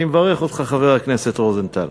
אני מברך אותך, חבר הכנסת רוזנטל.